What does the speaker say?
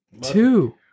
Two